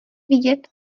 vidět